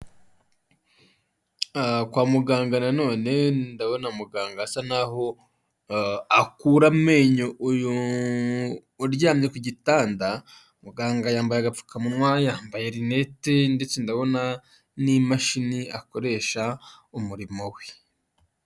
Kwa muganga na none ndabona muganga asa naho akura amenyo uyu uryamye ku gitanda, muganga yambaye agapfukanwa, yambaye rinete ndetse ndabona n'imashini akoresha umurimo we.